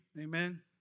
Amen